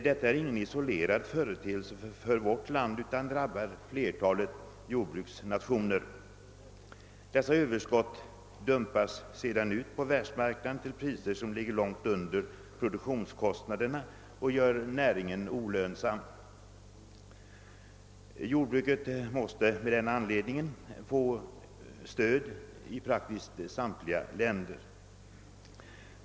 Detta är ingen isolerad företeelse som gäller enbart vårt land, utan den drabbar fler talet jordbruksnationer. Överskotten dumpas sedan ut på världsmarknaden till priser som ligger långt under produktionskostnaderna och gör näringen olönsam. Av den anledningen måste jordbruket få stöd i praktiskt taget samtliga länder.